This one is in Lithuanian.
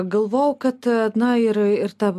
galvojau kad na ir ir ta